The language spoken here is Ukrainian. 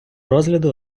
розгляду